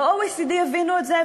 ב-OECD הבינו את זה,